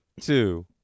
two